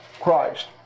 Christ